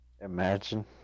Imagine